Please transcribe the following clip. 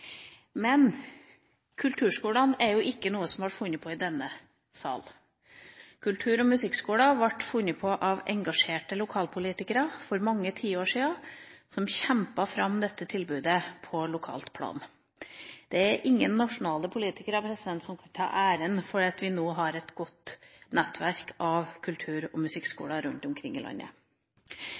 men det henger godt sammen med kommuneøkonomi, som det er bemerket i innstillinga. Kulturskolene er ikke noe som ble funnet opp i denne sal. Kultur- og musikkskoler ble funnet opp for mange tiår siden av engasjerte lokalpolitikere som kjempet fram dette tilbudet på lokalt plan. Det er ingen nasjonale politikere som kan ta æren for at vi nå har et godt nettverk av kultur- og musikkskoler rundt omkring i landet.